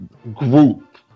Group